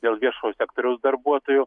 dėl viešojo sektoriaus darbuotojų